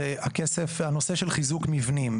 זה הנושא של חיזוק מבנים.